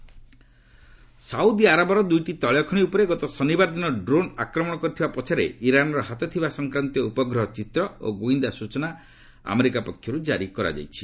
US Iran Saudi Saudi ଆରବର ଦୂଇଟି ତୈଳଖଣି ଉପରେ ଗତ ଶନିବାର ଦିନ ଡ୍ରୋନ୍ ଆକ୍ରମଣ କରିଥିବା ପଛରେ ଇରାନ୍ର ହାତଥିବା ସଂକ୍ରାନ୍ତୀୟ ଉପଗ୍ରହଚିତ୍ର ଓ ଗ୍ରଇନ୍ଦା ସ୍ଚଚନା ଆମେରିକା ପକ୍ଷର୍ ଜାରି କରାଯାଇଛି